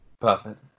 Perfect